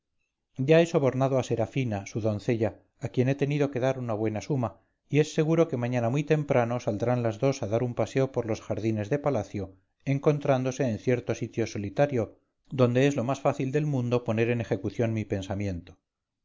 ya he sobornado a serafina su doncella a quien he tenido que dar una buena suma y es seguro que mañana muy temprano saldrán las dos a dar un paseo por los jardines de palacio encontrándose en cierto sitio solitario donde es lo más fácil del mundo poner en ejecución mi pensamiento